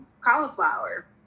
cauliflower